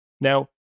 Now